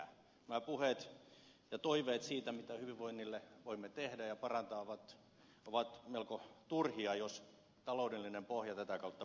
nämä puheet ja toiveet siitä mitä hyvinvoinnin kannalta voimme tehdä ja parantaa ovat melko turhia jos taloudellinen pohja tätä kautta pettää